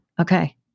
Okay